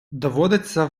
доводиться